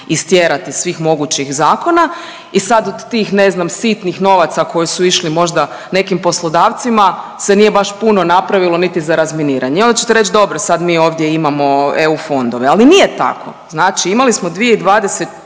istjerati iz svih mogućih zakona i sad od tih ne znam sitnih novaca koji su išli možda nekim poslodavcima se nije baš puno napravilo niti za razminiranje. I onda ćete reć dobro sad mi ovdje imamo eu fondove. Ali nije tako. Znači imali smo 2020.